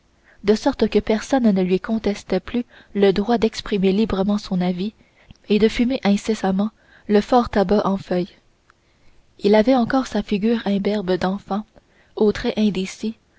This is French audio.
de sorte que personne ne lui contestait plus le droit d'exprimer librement son avis et de fumer incessamment le fort tabac en feuilles il avait encore sa figure imberbe d'enfant aux traits indécis